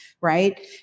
right